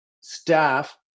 staff